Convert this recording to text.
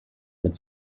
mit